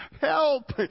Help